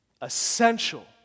Essential